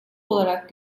olarak